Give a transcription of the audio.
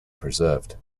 preserved